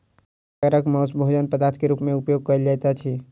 छागरक मौस भोजन पदार्थ के रूप में उपयोग कयल जाइत अछि